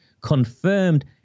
Confirmed